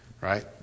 right